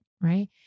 Right